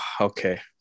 okay